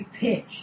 pitch